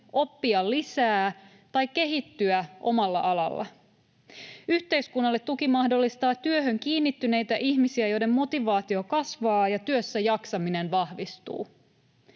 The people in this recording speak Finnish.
oppia lisää tai kehittyä omalla alalla. Yhteiskunnalle tuki mahdollistaa työhön kiinnittyneitä ihmisiä, joiden motivaatio kasvaa ja työssäjaksaminen vahvistuvat.